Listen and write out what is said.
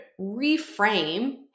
reframe